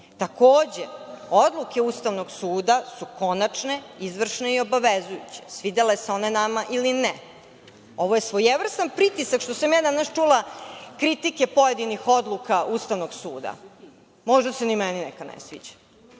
odluke Ustavnog suda su konačne, izvršen i obavezujuće, svidele se one nama ili ne. Ovo je svojevrstan pritisak što sam ja danas čula, kritike na pojedine odluke Ustavnog suda. Možda se ni meni neka ne sviđa,